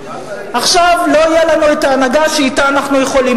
עכשיו לא תהיה לנו ההנהגה שאתה אנחנו יכולים.